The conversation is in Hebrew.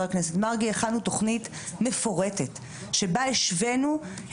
חלק מהרשויות עושות להן את הקורס וחלק